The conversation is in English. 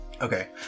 Okay